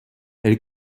elle